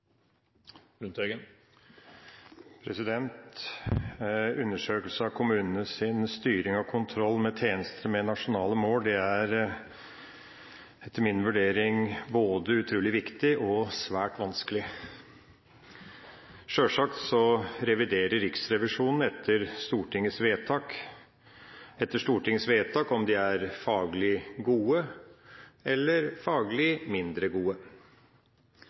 etter min vurdering både utrolig viktig og svært vanskelig. Sjølsagt reviderer Riksrevisjonen etter Stortingets vedtak om de er faglig gode eller faglig mindre gode.